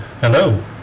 Hello